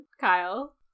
Kyle